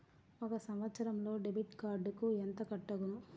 ఒక సంవత్సరంలో డెబిట్ కార్డుకు ఎంత కట్ అగును?